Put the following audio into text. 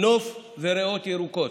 נוף וריאות ירוקות.